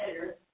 Better